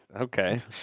Okay